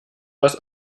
was